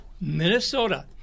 Minnesota